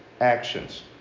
actions